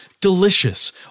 Delicious